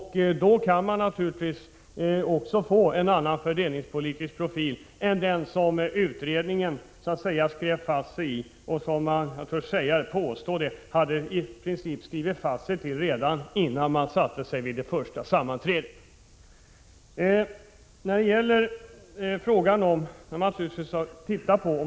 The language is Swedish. En sådan reform får naturligtvis också en annan fördelningspolitisk profil än den som utredningen föreslog i sin skrivning och som den — det vill jag påstå —i princip hade bestämt sig för redan innan man satte sig ned till det första sammanträdet.